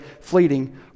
fleeting